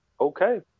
Okay